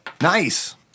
Nice